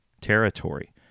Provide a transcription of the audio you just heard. territory